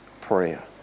prayer